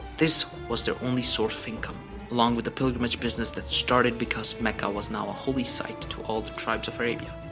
this was their only source of income along with the pilgrimage business that started because mecca was now a holy site to all the tribes of arabia.